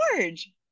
George